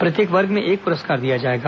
प्रत्येक वर्ग में एक प्रस्कार दिया जाएगा